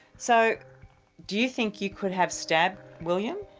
so do you think you could have stabbed william?